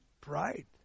Pride